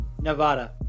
Nevada